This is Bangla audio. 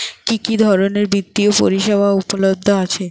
কি কি ধরনের বৃত্তিয় পরিসেবা উপলব্ধ আছে?